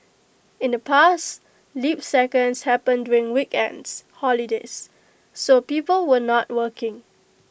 in the past leap seconds happened during weekends holidays so people were not working